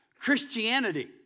Christianity